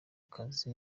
kazi